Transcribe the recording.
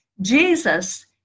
Jesus